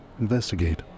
investigate